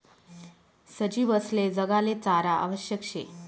सजीवसले जगाले चारा आवश्यक शे